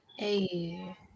Hey